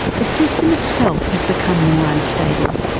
the system itself has become more unstable.